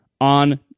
on